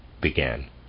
began